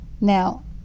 Now